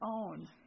own